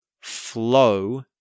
flow